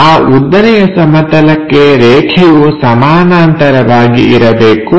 ಆ ಉದ್ದನೆಯ ಸಮತಲಕ್ಕೆ ರೇಖೆಯು ಸಮಾನಾಂತರವಾಗಿ ಇರಬೇಕು